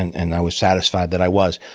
and and i was satisfied that i was.